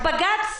אז בג"צ